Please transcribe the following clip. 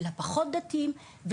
לפחות דתיים,